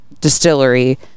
distillery